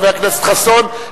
חבר הכנסת חסון,